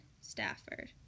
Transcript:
Stafford